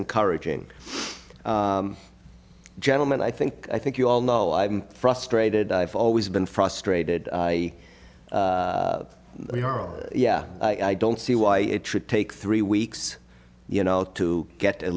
encouraging gentleman i think i think you all know i'm frustrated i've always been frustrated yeah i don't see why it should take three weeks you know to get a